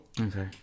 okay